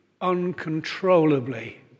uncontrollably